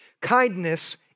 Kindness